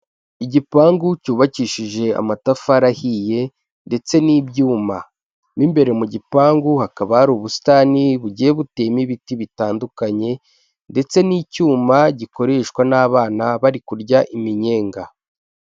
Igipangu cyubakishije amatafari ahiye ndetse n'ibyuma. Mo imbere mu gipangu hakaba hari ubusitani bugiye buteyemo ibiti bitandukanye ndetse n'icyuma gikoreshwa n'abana bari kurya iminyenga.